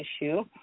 issue